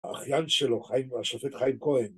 האחיין שלו, השופט חיים כהן.